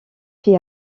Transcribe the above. fit